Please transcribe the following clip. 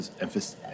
emphasis